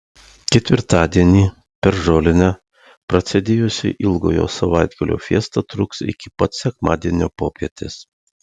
ketvirtadienį per žolinę prasidėjusi ilgojo savaitgalio fiesta truks iki pat sekmadienio popietės